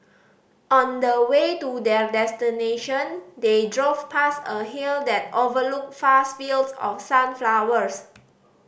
on the way to their destination they drove past a hill that overlooked fast fields of sunflowers